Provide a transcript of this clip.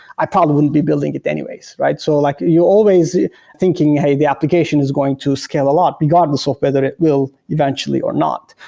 i probably be building it anyways. so like you're always thinking, hey, the application is going to scale a lot regardless of whether it will eventually or not.